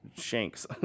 Shanks